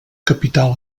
capital